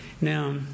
Now